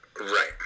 Right